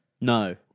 No